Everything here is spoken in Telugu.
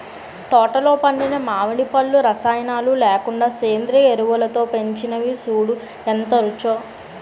తోటలో పండిన మావిడి పళ్ళు రసాయనాలు లేకుండా సేంద్రియ ఎరువులతో పెంచినవి సూడూ ఎంత రుచో